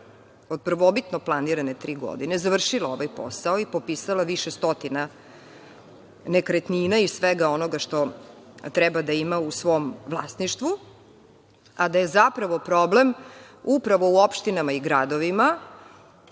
od prvobitno planirane tri godine, završila ovaj posao i popisala više stotina nekretnina i svega onoga što treba da ima u svom vlasništvu, a da je zapravo problem upravo u opštinama i gradovima